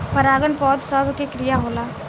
परागन पौध सभ के क्रिया होला